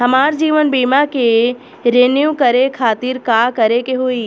हमार जीवन बीमा के रिन्यू करे खातिर का करे के होई?